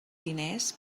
diners